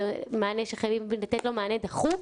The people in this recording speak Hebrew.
זו נקודה שחייבים לתת לה מענה דחוף.